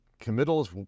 Committals